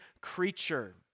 creature